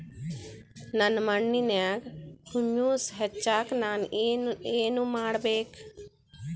ನನ್ನ ಮಣ್ಣಿನ್ಯಾಗ್ ಹುಮ್ಯೂಸ್ ಹೆಚ್ಚಾಕ್ ನಾನ್ ಏನು ಮಾಡ್ಬೇಕ್?